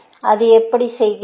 அது எப்படி செய்கிறது